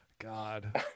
god